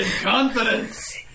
confidence